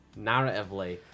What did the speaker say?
narratively